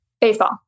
Baseball